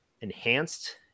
Enhanced